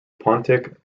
pontic